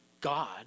God